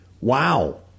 Wow